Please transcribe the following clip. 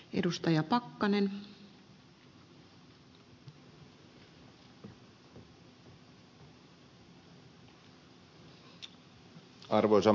arvoisa rouva puhemies